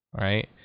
Right